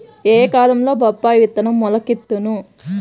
ఏ కాలంలో బొప్పాయి విత్తనం మొలకెత్తును?